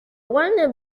warner